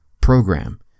program